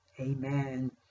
Amen